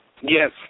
Yes